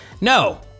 no